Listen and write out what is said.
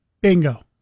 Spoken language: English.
Bingo